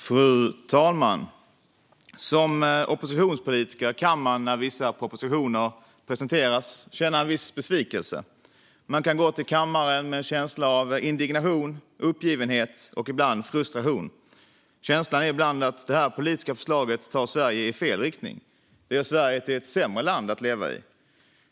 Fru talman! Som oppositionspolitiker kan man när vissa propositioner presenteras känna en viss besvikelse. Man kan gå till kammaren med en känsla av indignation, uppgivenhet och ibland frustration. Känslan är ibland att det här politiska förslaget tar Sverige i fel riktning. Det gör Sverige till ett sämre land att leva i.